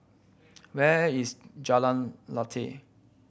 where is Jalan Lateh